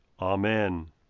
Amen